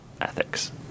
ethics